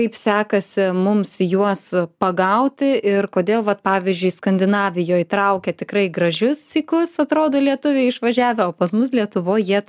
kaip sekasi mums juos pagauti ir kodėl vat pavyzdžiui skandinavijoj traukia tikrai gražius sykus atrodo lietuviai išvažiavę o pas mus lietuvoj jie